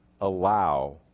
allow